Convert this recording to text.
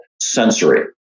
sensory